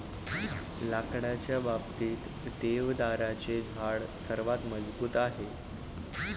लाकडाच्या बाबतीत, देवदाराचे झाड सर्वात मजबूत आहे